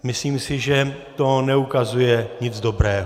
Myslím si, že to neukazuje nic dobrého.